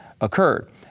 occurred